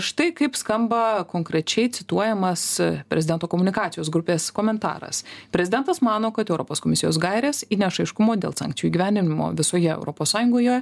štai kaip skamba konkrečiai cituojamas prezidento komunikacijos grupės komentaras prezidentas mano kad europos komisijos gairės įneš aiškumo dėl sankcijų įgyvendinimo visoje europos sąjungoje